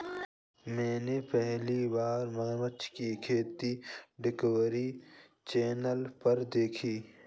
मैंने पहली बार मगरमच्छ की खेती डिस्कवरी चैनल पर देखी